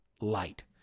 light